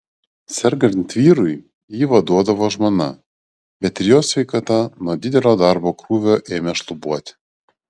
sergant vyrui jį vaduodavo žmona bet ir jos sveikata nuo didelio darbo krūvio ėmė šlubuoti